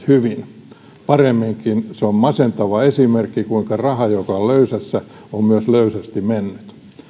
hyvin paremminkin se on masentava esimerkki siitä kuinka raha joka on löysässä on myös löysästi mennyt